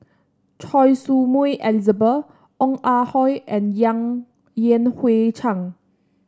Choy Su Moi Elizabeth Ong Ah Hoi and Yang Yan Hui Chang